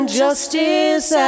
justice